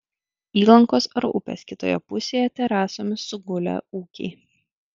įlankos ar upės kitoje pusėje terasomis sugulę ūkiai